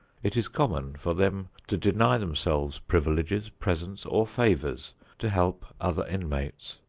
it is common for them to deny themselves privileges, presents or favors to help other inmates.